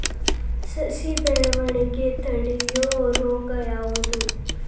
ಸಸಿ ಬೆಳವಣಿಗೆ ತಡೆಯೋ ರೋಗ ಯಾವುದು?